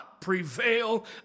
prevail